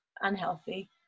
unhealthy